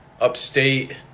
upstate